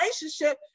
relationship